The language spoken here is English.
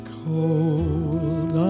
cold